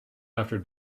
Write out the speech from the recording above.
after